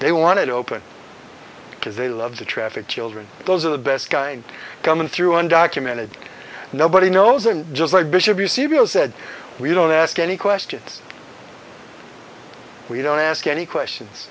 they wanted open because they love the traffic children those are the best kind coming through undocumented nobody knows them just like bishop eusebio said we don't ask any questions we don't ask any questions